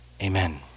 Amen